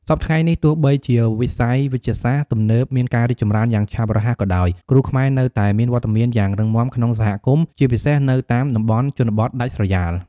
សព្វថ្ងៃនេះ ទោះបីជាវិស័យវេជ្ជសាស្ត្រទំនើបមានការរីកចម្រើនយ៉ាងឆាប់រហ័សក៏ដោយ គ្រូខ្មែរនៅតែមានវត្តមានយ៉ាងរឹងមាំក្នុងសហគមន៍ ជាពិសេសនៅតាមតំបន់ជនបទដាច់ស្រយាល។